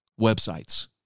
websites